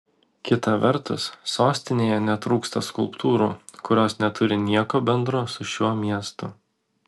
kita vertus sostinėje netrūksta skulptūrų kurios neturi nieko bendro su šiuo miestu